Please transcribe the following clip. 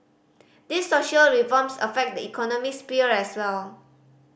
these social reforms affect the economic sphere as well